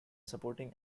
supporting